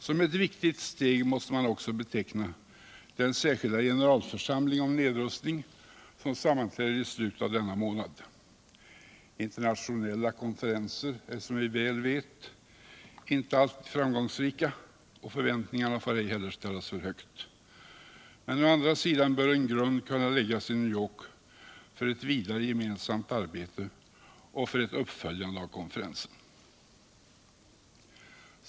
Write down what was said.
Som ett viktigt stek måste man också beteckna den särskilda generalförsamling om nedrustning, som sammanträder i slutet av denna månad. Internationella konferenser är, som vi väl vet, inte alltid framgångsrika, och förväntningarna får ej heller ställas för högt. Men å andra sidan bör en grund kunna läggas i New York för eu vidare gemensamt arbete och för ett uppföljande av konferensen.